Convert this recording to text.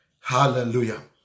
Hallelujah